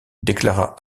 déclara